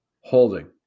holding